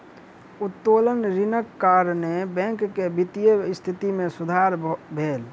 उत्तोलन ऋणक कारणेँ बैंक के वित्तीय स्थिति मे सुधार भेल